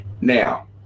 Now